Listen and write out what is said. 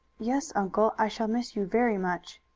yes, uncle, i shall miss you very much.